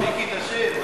מיקי, תשיב.